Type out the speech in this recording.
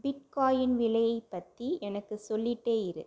bitcoin விலையை பற்றி எனக்கு சொல்லிகிட்டே இரு